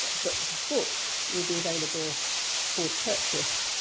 but the books will be available for purchase,